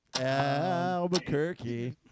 Albuquerque